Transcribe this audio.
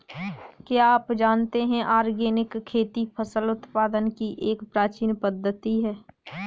क्या आप जानते है ऑर्गेनिक खेती फसल उत्पादन की एक प्राचीन पद्धति है?